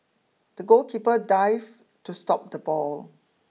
the goalkeeper dived to stop the ball